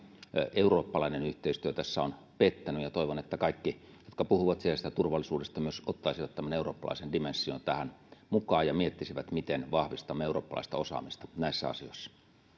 eurooppalainen yhteistyö on pettänyt ja toivon että kaikki jotka puhuvat sisäisestä turvallisuudesta myös ottaisivat tämän eurooppalaisen dimension mukaan ja miettisivät miten vahvistamme eurooppalaista osaamista näissä asioissa